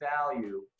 value